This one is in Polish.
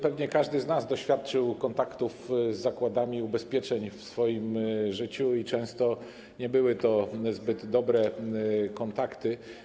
Pewnie każdy z nas doświadczył kontaktów z zakładami ubezpieczeń w swoim życiu i często nie były to zbyt dobre kontakty.